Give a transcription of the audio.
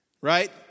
Right